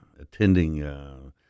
attending